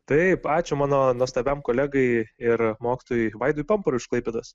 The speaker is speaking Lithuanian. taip ačiū mano nuostabiam kolegai ir mokytojui vaidui pamparui iš klaipėdos